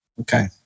Okay